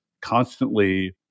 constantly